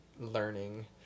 learning